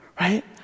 Right